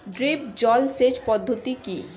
Drip জল সেচ পদ্ধতি কি?